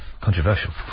Controversial